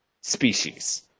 species